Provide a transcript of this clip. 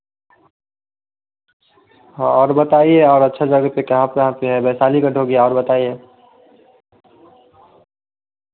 हाँ और बताईए और अच्छा जगह पर कहाँ कहाँ पर के वैशाली घाट हो गया और बताईए